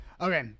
Okay